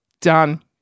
Done